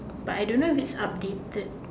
but I don't know if it's updated